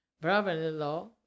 brother-in-law